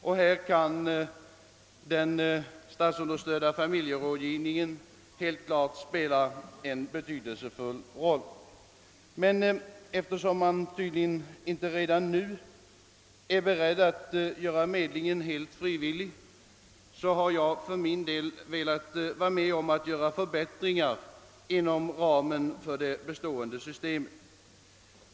Härvidlag kan den stats understödda familjerådgivningen helt klart spela en betydelsefuil roll. Men eftersom departementschefen inte är beredd att redan nu göra medlingen helt frivillig har jag för min del velat medverka till förbättringar inom ramen för det bestående systemet.